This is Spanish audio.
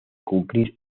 cumplir